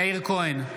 נגד מירב כהן,